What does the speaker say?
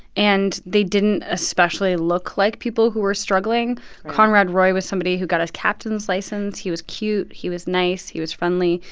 and they didn't especially look like people who were struggling right conrad roy was somebody who got his captain's license. he was cute. he was nice. he was friendly.